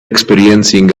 experiencing